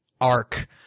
arc